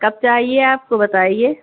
کب چاہیے آپ کو بتائیے